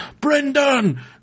Brendan